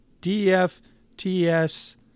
d-f-t-s